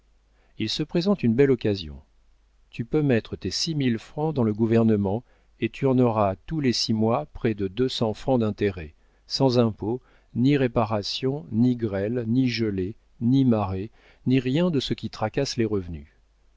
il se présente une belle occasion tu peux mettre tes six mille francs dans le gouvernement et tu en auras tous les six mois près de deux cents francs d'intérêts sans impôts ni réparations ni grêle ni gelée ni marée ni rien de ce qui tracasse les revenus